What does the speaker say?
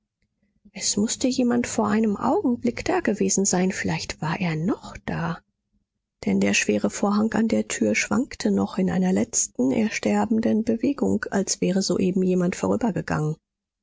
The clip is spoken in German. es mußte jemand vor einem augenblick dagewesen sein vielleicht war er noch da denn der schwere vorhang an der tür schwankte noch in einer letzten ersterbenden bewegung als wäre soeben jemand vorbeigegangen